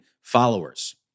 followers